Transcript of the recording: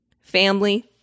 Family